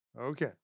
Okay